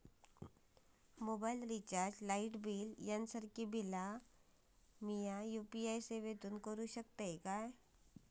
Mobile recharge, light bill यांसारखी बिला आम्ही यू.पी.आय सेवेतून करू शकतू काय?